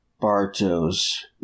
Barto's